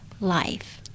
life